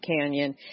Canyon